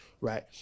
right